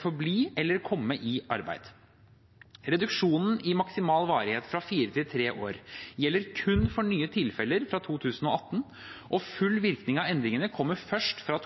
forbli eller komme i arbeid. Reduksjon i maksimal varighet fra fire til tre år gjelder kun for nye tilfeller fra 2018, og full virkning av endringen kommer først fra